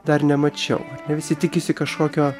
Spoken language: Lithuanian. dar nemačiau visi tikisi kažkokio